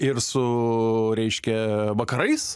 ir su reiškia vakarais